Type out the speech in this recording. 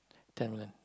ten million